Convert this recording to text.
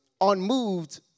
unmoved